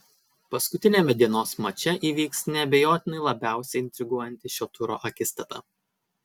paskutiniame dienos mače įvyks neabejotinai labiausiai intriguojanti šio turo akistata